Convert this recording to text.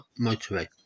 motorway